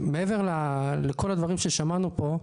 שמעבר לכל הדברים ששמענו פה,